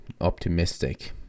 optimistic